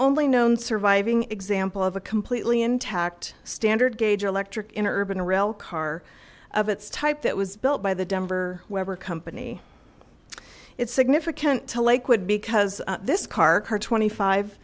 only known surviving example of a completely intact standard gauge electric in urban rail car of its type that was built by the denver weber company it's significant to lakewood because this car car twenty five